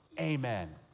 Amen